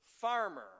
farmer